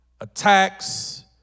attacks